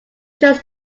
chose